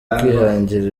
kwihangira